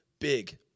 big